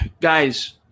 guys